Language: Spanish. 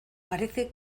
parece